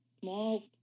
small